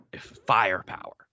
firepower